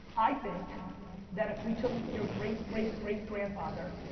i think that if we took your great, great, great, grandfather